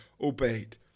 obeyed